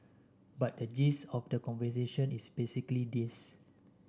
but the gist of the conversation is basically this